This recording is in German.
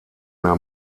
mehr